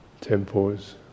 temples